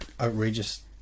outrageous